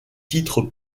titre